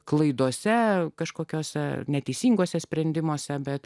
klaidose kažkokiose neteisinguose sprendimuose bet